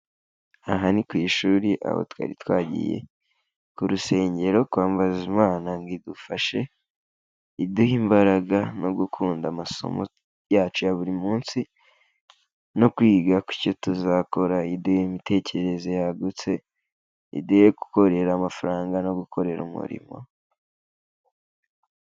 Aha ni ku ishuri, aho twari twagiye ku rusengero kwambaza imana ngo idufashe, iduhe imbaraga no gukunda amasomo yacu ya buri munsi, no kwiga ku cyo tuzakora, iduhe imitekerereze yagutse, iduhe gukorera amafaranga no gukorera umurimo.